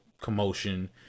commotion